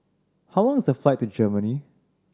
how long is the flight to Germany